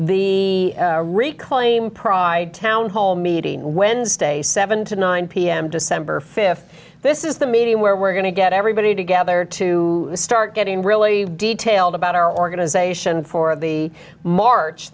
the reclaim pride town hall meeting wednesday seven to nine pm december fifth this is the meeting where we're going to get everybody together to start getting really detailed about our organization for the march